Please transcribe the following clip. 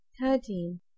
Thirteen